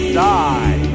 die